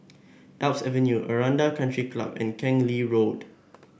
Alps Avenue Aranda Country Club and Keng Lee Road